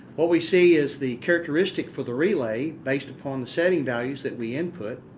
what we see is the characteristic for the relay based upon the setting values that we input.